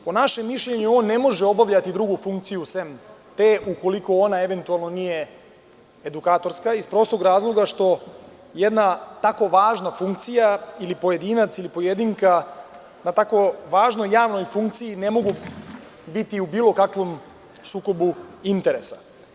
Po našem mišljenju, on ne može obavljati drugu funkciju sem te, ukoliko ona eventualno nije edukatorska, iz prostog razloga što jedna tako važna funkcija ili pojedinac ili pojedinka na tako važnoj javnoj funkciji ne mogu biti u bilo kakvom sukobu interesa.